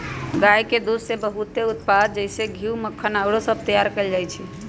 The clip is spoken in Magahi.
गाय के दूध से बहुते उत्पाद जइसे घीउ, मक्खन आउरो सभ तइयार कएल जाइ छइ